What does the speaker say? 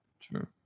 true